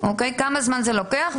כמה זמן זה לוקח?